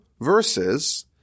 verses